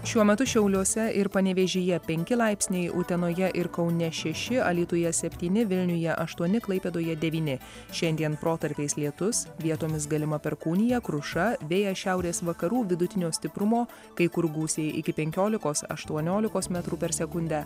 šiuo metu šiauliuose ir panevėžyje penki laipsniai utenoje ir kaune šeši alytuje septyni vilniuje aštuoni klaipėdoje devyni šiandien protarpiais lietus vietomis galima perkūnija kruša vėjas šiaurės vakarų vidutinio stiprumo kai kur gūsiai iki penkiolikos aštuoniolikos metrų per sekundę